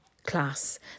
class